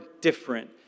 different